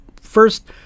first